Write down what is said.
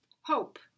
Hope